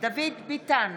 דוד ביטן,